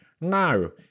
no